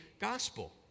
gospel